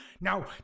Now